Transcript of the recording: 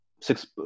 six